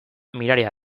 miraria